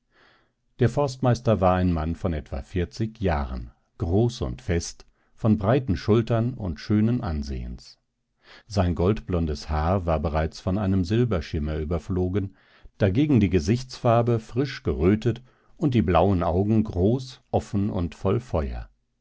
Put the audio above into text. der forstmeister war ein mann von etwa vierzig jahren groß und fest von breiten schultern und schönen ansehens sein goldblondes haar war bereits von einem silberschimmer überflogen dagegen die gesichtsfarbe frisch gerötet und die blauen augen groß offen und voll feuer